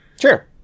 Sure